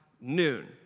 noon